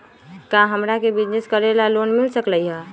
का हमरा के बिजनेस करेला लोन मिल सकलई ह?